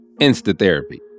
Insta-therapy